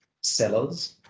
sellers